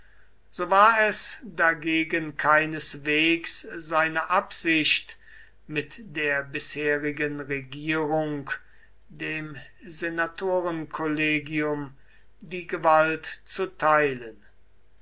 so war es dagegen keineswegs seine absicht mit der bisherigen regierung dem senatorenkollegium die gewalt zu teilen